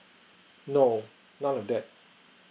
no none of that